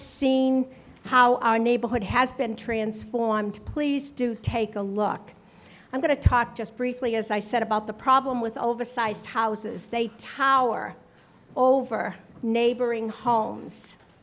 seen how our neighborhood has been transformed please do take a look i'm going to talk just briefly as i said about the problem with oversized houses they tower over neighboring homes